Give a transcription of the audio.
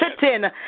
sitting